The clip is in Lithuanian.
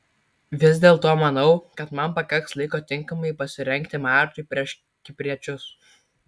vis dėlto manau kad man pakaks laiko tinkamai pasirengti mačui prieš kipriečius